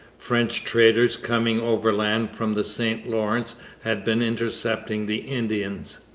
french traders coming overland from the st lawrence had been intercepting the indians.